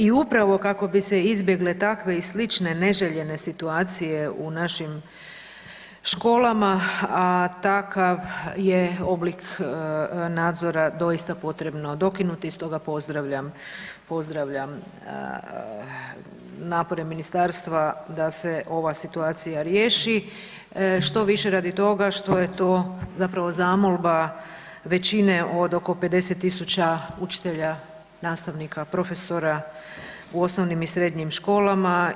I upravo kako bi se izbjegle takve i slične neželjene situacije i našim školama, a takav je oblik nadzora doista potrebno dokinuti i stoga pozdravljam napore ministarstva da se ova situacija riješi što više radi toga što je to zapravo zamolba većine od oko 50 tisuća učitelja, nastavnika, profesora u osnovnim i srednjim školama.